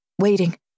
waiting